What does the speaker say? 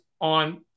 on